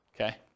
okay